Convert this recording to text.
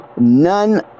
none